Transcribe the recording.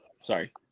sorry